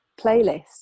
playlist